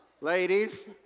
Ladies